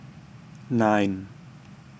nine